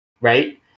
right